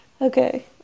Okay